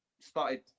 started